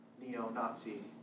Neo-Nazi